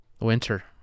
winter